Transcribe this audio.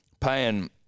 Paying